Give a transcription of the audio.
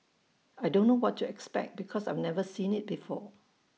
I don't know what to expect because I've never seen IT before